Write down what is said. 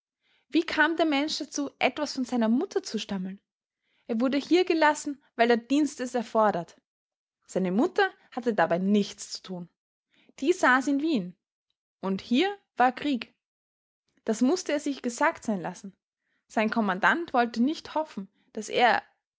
wie kam der mensch dazu etwas von seiner mutter zu stammeln er wurde hier gelassen weil der dienst es erforderte seine mutter hatte dabei nichts zu tun die saß in wien und hier war krieg das mußte er sich gesagt sein lassen sein kommandant wollte nicht hoffen daß er